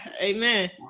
amen